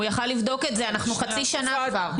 הוא יכל לבדוק את זה, אנחנו חצי שנה כבר.